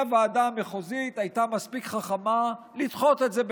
והוועדה המחוזית הייתה מספיק חכמה לדחות את זה בינתיים,